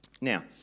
Now